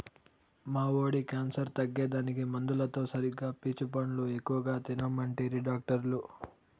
మా వోడి క్యాన్సర్ తగ్గేదానికి మందులతో సరిగా పీచు పండ్లు ఎక్కువ తినమంటిరి డాక్టర్లు